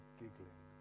giggling